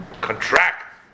contract